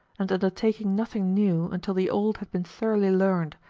and undertaking nothing new until the old had been thoroughly learned,